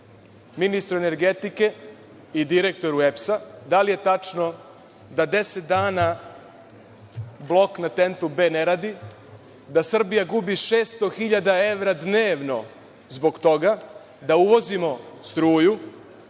ministru energetike i direktoru EPS - da li je tačno da 10 dana blok na Tentu B ne radi, da Srbija gubi 600 hiljada evra dnevno zbog toga, da uvozimo struju